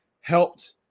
helped